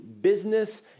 business